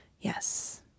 Yes